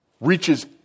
reaches